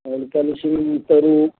ꯂꯨꯄꯥ ꯂꯤꯁꯤꯡ ꯇꯔꯨꯛ